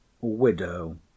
Widow